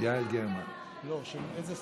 מטעמה של שרת